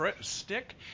stick